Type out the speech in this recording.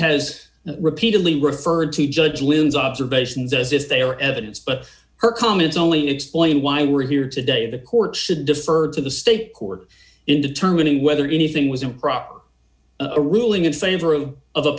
apparently has repeatedly referred to judge lynn's observations as if they are evidence but her comments only explain why we're here today the court should defer to the state court in determining whether anything was improper a ruling in favor of of